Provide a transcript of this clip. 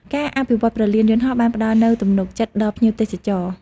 ការអភិវឌ្ឍព្រលានយន្តហោះបានផ្តល់នូវទំនុកចិត្តដល់ភ្ញៀវទេសចរ។